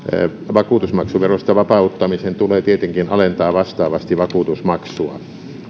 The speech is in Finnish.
vakuutusmaksuverosta vapauttamisen tulee tietenkin alentaa vastaavasti vakuutusmaksua